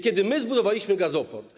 Kiedy my zbudowaliśmy gazoport.